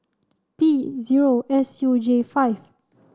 P zero S U J five